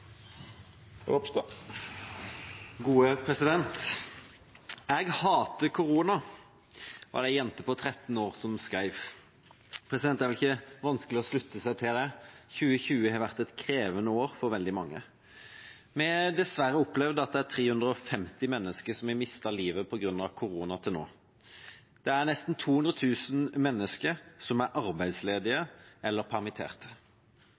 Jeg hater korona, var det en jente på 13 år som skrev. Det er ikke vanskelig å slutte seg til det. 2020 har vært et krevende år for veldig mange. Vi har dessverre opplevd at 350 mennesker har mistet livet på grunn av korona til nå. Det er nesten 200 000 mennesker som er arbeidsledige eller